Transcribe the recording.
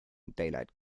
daylight